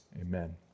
Amen